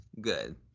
good